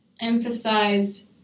emphasized